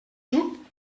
xup